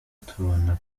tubona